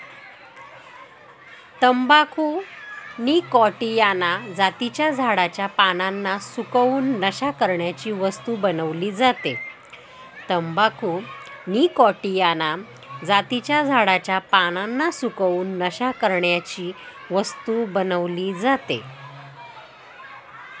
तंबाखू निकॉटीयाना जातीच्या झाडाच्या पानांना सुकवून, नशा करण्याची वस्तू बनवली जाते